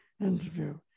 interview